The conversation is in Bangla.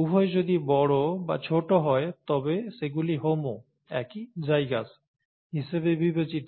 উভয় যদি বড় বা ছোট হয় তবে সেগুলি হোমো একই জাইগাস হিসাবে বিবেচিত হয়